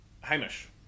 Hamish